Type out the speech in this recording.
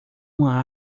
uma